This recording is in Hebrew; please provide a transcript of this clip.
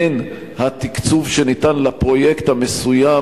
בין התקצוב שניתן לפרויקט המסוים,